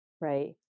right